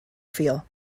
feel